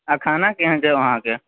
आ खाना केहेन छै वहाँके